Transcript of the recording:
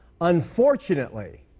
Unfortunately